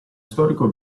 storico